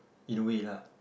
in a way lah